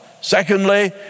Secondly